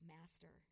Master